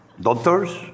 doctors